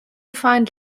find